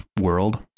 world